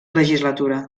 legislatura